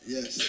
Yes